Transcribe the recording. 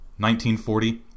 1940